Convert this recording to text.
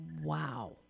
wow